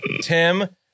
Tim